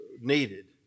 needed